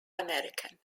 american